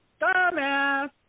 dumbass